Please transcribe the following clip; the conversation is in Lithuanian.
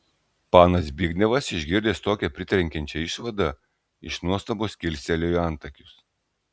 panas zbignevas išgirdęs tokią pritrenkiančią išvadą iš nuostabos kilstelėjo antakius